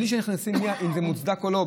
בלי שנכנסים אם זה מוצדק או לא,